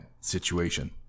situation